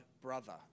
brother